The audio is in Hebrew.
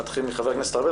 נתחיל מחבר הכנסת ארבל.